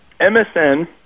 MSN